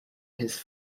his